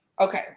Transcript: Okay